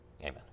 Amen